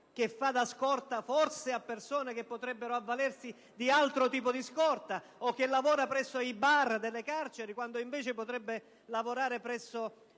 che fa da scorta a persone che forse potrebbero avvalersi di altro tipo di tutela, o che lavora presso i bar delle carceri, quando invece potrebbe lavorare presso